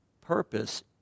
purpose